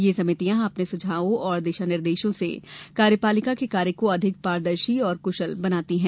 यह समितियां अपने सुझायों और दिशा निर्देशो से कार्यपालिका के कार्य को अधिक पारदर्शी और कुशल बनाती हैं